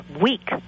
week